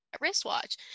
wristwatch